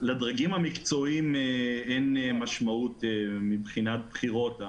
לדרגים המקצועיים אין משמעות מבחינת בחירות.